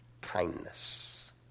kindness